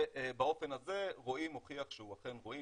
ובאופן הזה רועי מוכיח שהוא אכן רועי,